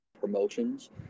promotions